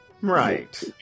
Right